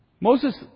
Moses